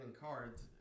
cards